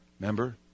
Remember